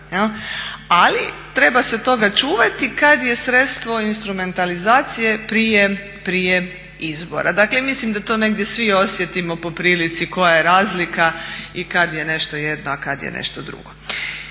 Ali treba se toga čuvati kad je sredstvo instrumentalizacije prije izbora. Dakle, mislim da to negdje svi osjetimo po prilici koja je razlika i kad je nešto jedno, a kad je nešto drugo.